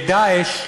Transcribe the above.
"דאעש"